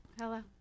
Hello